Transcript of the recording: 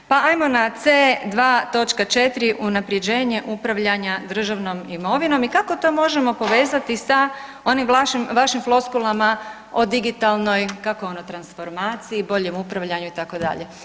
Pa hajmo na C2 točka 4. Unapređenje upravljanja državnom imovinom i kako to možemo povezati sa onim vašim floskulama o digitalnoj kako ono transformaciji, boljem upravljanju itd.